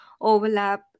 overlap